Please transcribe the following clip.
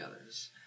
others